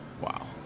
Wow